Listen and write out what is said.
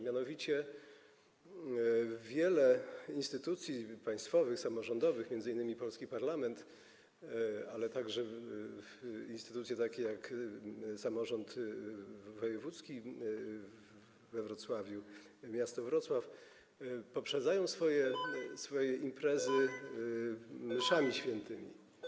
Mianowicie wiele instytucji państwowych, samorządowych, m.in. polski parlament, ale także instytucje takie jak samorząd wojewódzki we Wrocławiu, miasto Wrocław, poprzedza swoje imprezy mszami świętymi.